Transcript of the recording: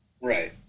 Right